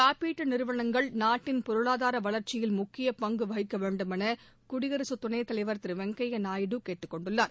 காப்பீட்டு நிறுவனங்கள் நாட்டின் பொருளாதார வளர்ச்சியில் முக்கிய பங்கு வகிக்க வேண்டுமென குடியரசு துணைத் தலைவர் திரு வெங்கய்ய நாயுடு கேட்டுக் கொண்டுள்ளார்